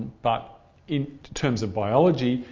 but in terms of biology,